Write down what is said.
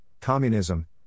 communism